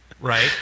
right